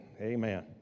Amen